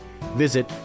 Visit